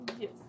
Yes